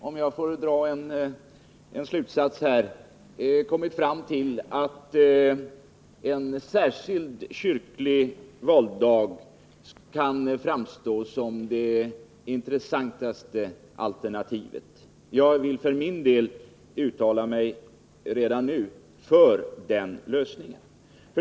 om jag får dra en slutsats här — kommit fram till att en särskild kyrklig valdag kan framstå som det intressantaste alternativet. Jag vill för min del uttala mig redan nu för den lösningen.